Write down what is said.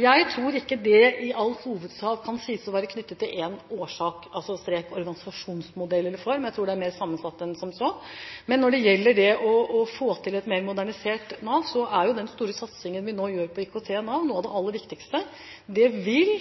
Jeg tror ikke det i all hovedsak kan sies å være knyttet til én årsak eller organisasjonsmodell eller -form. Jeg tror det er mer sammensatt enn som så. Men når det gjelder det å få til et mer modernisert Nav, er den store satsingen vi nå gjør på IKT, noe av det aller viktigste. Det vil